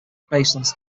based